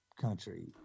country